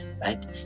right